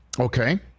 Okay